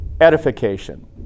Edification